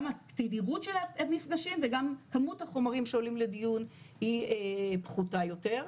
התדירות של המפגשים וגם כמות החומרים שעולים לדיון היא פחותה יותר.